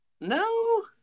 No